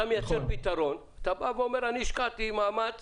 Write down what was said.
אתה מייצר פתרון, אתה אומר, השקעתי מאמץ